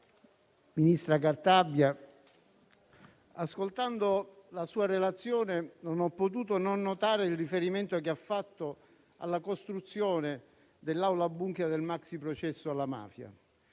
Ministra Cartabia, ascoltando la sua relazione non ho potuto non notare il riferimento che ha fatto alla costruzione dell'aula *bunker* del maxiprocesso alla mafia.